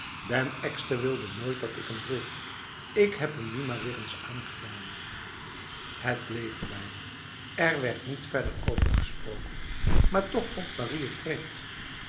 den ekster wilde nooit dat ik hem droeg ik heb hem nu maar weer eens aangedaan het bleef erbij er werd niet verder over gesproken maar toch vond marie het vreemd